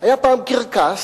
היה פעם קרקס,